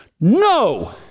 No